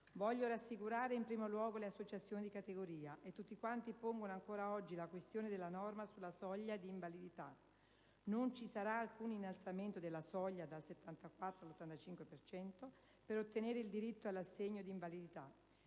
«Voglio rassicurare in primo luogo le associazioni di categoria e tutti quanti pongono ancora oggi la questione della norma sulla soglia di invalidità. Non ci sarà alcun innalzamento della soglia dal 74 all'85 per cento per ottenere il diritto all'assegno di invalidità.